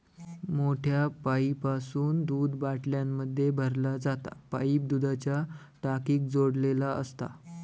मोठ्या पाईपासून दूध बाटल्यांमध्ये भरला जाता पाईप दुधाच्या टाकीक जोडलेलो असता